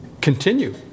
continue